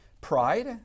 Pride